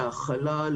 להכלה,